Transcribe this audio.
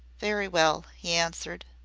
very well, he answered.